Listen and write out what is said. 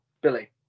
Billy